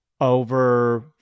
over